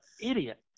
idiot